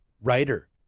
writer